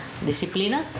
Disciplina